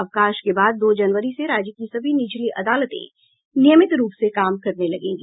अवकाश के बाद दो जनवरी से राज्य की सभी निचली अदालतें नियमित रूप से काम करने लगेगी